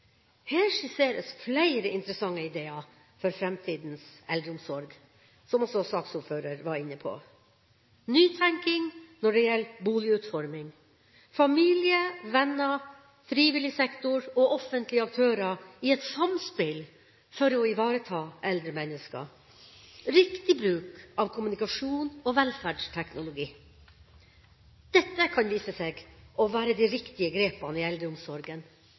Her skisseres flere interessante ideer for framtidas eldreomsorg, som også saksordføreren var inne på – nytenking når det gjelder boligutforming, familie, venner, frivillig sektor og offentlige aktører i et samspill for å ivareta eldre mennesker, riktig bruk av kommunikasjons- og velferdsteknologi. Dette kan vise seg å være de riktige grepene i eldreomsorgen,